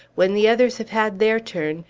when the others have had their turn,